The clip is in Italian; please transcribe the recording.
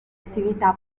attività